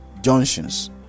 junctions